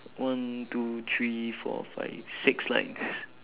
one two three four five six lines